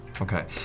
Okay